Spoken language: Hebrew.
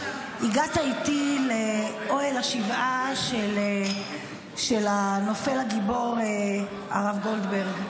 הגעת איתי לאוהל השבעה של הנופל הגיבור הרב גולדברג.